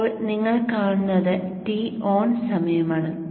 ഇപ്പോൾ നിങ്ങൾ കാണുന്നത് Ton സമയമാണ്